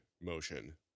motion